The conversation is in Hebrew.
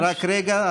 רק רגע.